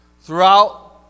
Throughout